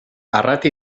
arrate